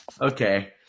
Okay